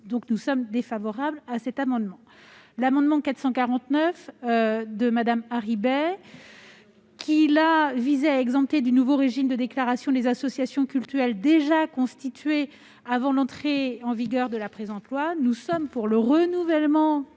donc un avis défavorable sur cet amendement. L'amendement n° 449 rectifié a pour objet d'exempter du nouveau régime de déclaration les associations cultuelles déjà constituées avant l'entrée en vigueur de la présente loi. Nous sommes pour le renouvellement